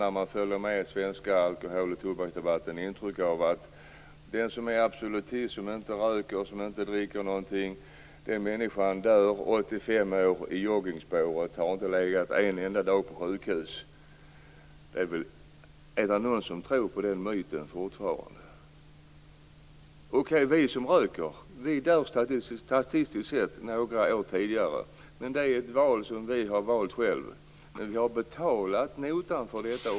När man följer med i den svenska alkohol och tobaksdebatten får man ibland intryck av att den som är absolutist, som inte röker och inte dricker något, dör vid 85 års ålder i joggningsspåret och då inte har legat en enda dag på sjukhus. Är det någon som fortfarande tror på den myten? Okej, vi som röker dör statistiskt sett några år tidigare, men det är ett val vi har gjort själva. Vi har också betalat notan för detta.